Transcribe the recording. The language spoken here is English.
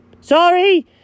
Sorry